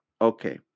Okay